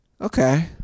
Okay